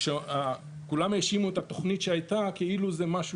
כולם האשימו את התוכנית שהייתה כאילו זה משהו